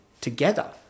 together